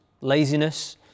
laziness